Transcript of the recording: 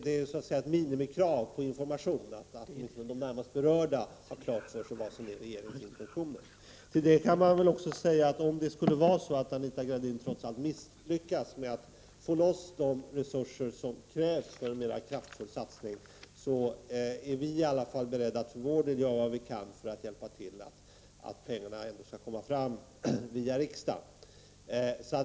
Det är så att säga ett minimikrav på information att åtminstone de närmaste berörda har klart för sig vad som är regeringens intentioner. Om Anita Gradin trots allt skulle misslyckas med att få loss de resurser som krävs för en mera kraftfull satsning, är vi i alla fall för vår del beredda att göra vad vi kan när det gäller att hjälpa till för att pengarna ändå skall komma fram via riksdagen.